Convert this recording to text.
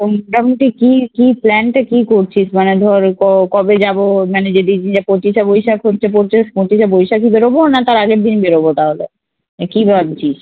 তো মোটামুটি কী কী প্ল্যানটা কী করছিস মানে ধর ও ক কবে যাবো মানে যেদিন যা পঁচিশে বৈশাখ পড়ছে পড়ছে পঁচিশে বৈশাখই বেরোবো না তার আগের দিন বেরোবো তাহলে কী ভাবছিস